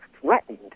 threatened